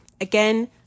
Again